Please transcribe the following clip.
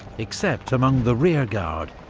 except among the rearguard,